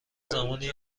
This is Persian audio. زمانی